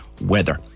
weather